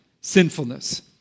sinfulness